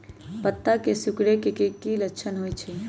पत्ता के सिकुड़े के की लक्षण होइ छइ?